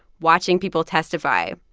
watching people testify,